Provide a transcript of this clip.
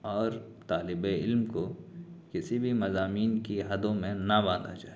اور طالب علم کو کسی بھی مضامین کی حدوں میں نہ باندھا جائے